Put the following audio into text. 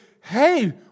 Hey